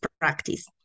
practice